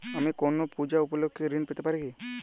আমি কোনো পূজা উপলক্ষ্যে ঋন পেতে পারি কি?